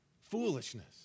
foolishness